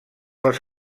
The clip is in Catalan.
les